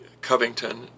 Covington